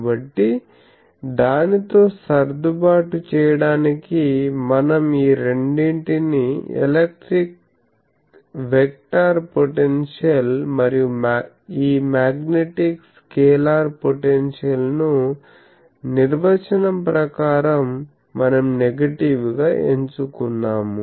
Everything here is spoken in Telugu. కాబట్టి దానితో సర్దుబాటు చేయడానికి మనం ఈ రెండింటి నీ ఎలక్ట్రిక్ వెక్టర్ పొటెన్షియల్ మరియు ఈ మ్యాగ్నెటిక్ స్కేలార్ పొటెన్షియల్ ను నిర్వచనం ప్రకారం మనం నెగిటివ్ గా ఎంచుకున్నాము